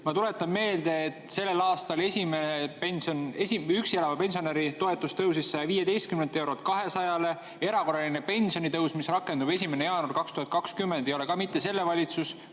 Ma tuletan meelde, et sel aastal üksi elava pensionäri toetus tõusis 115 eurolt 200-le. Erakorraline pensionitõus, mis rakendus 1. jaanuaril 2022, ei ole ka mitte selle